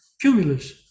cumulus